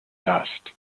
dust